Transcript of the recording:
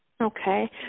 Okay